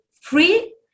free